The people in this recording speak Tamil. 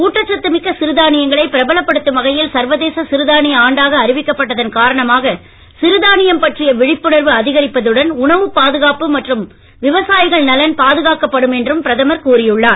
ஊட்டச் சத்து மிக்க சிறுதானியங்களை பிரபலப்படுத்தும் வகையில் சர்வதேச சிறுதானிய ஆண்டாக அறிவிக்கப்பட்டதன் காரணமாக சிறுதானியம் பற்றிய விழிப்புணர்வு அதிகரிப்பதுடன் உணவு பாதுகாப்பு மற்றும் விவசாயிகள் நலன் பாதுகாக்கப்படும் என்றும் பிரதமர் கூறி உள்ளார்